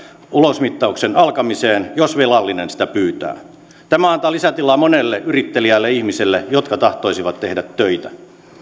ulosmittauksen alkamiseen jos velallinen sitä pyytää tämä antaa lisätilaa monille yritteliäille ihmisille jotka tahtoisivat tehdä töitä